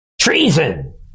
treason